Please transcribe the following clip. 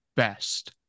best